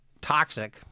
toxic